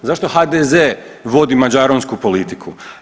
Zašto HDZ vodi mađaronsku politiku?